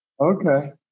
Okay